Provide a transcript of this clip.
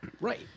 Right